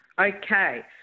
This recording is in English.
Okay